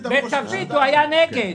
בצפית הוא היה נגד.